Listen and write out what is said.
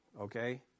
okay